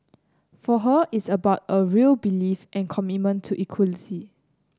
for her it's about a real belief and commitment to equality